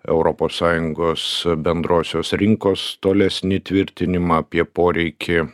europos sąjungos bendrosios rinkos tolesnį tvirtinimą apie poreikį